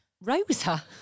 Rosa